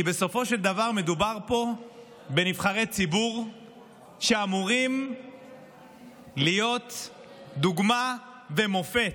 כי בסופו של דבר מדובר פה בנבחרי ציבור שאמורים להיות דוגמה ומופת.